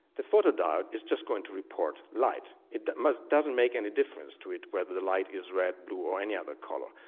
the photodiode is just going to report light it doesn't make any difference to it whether the light is red, blue or any other colour.